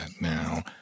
now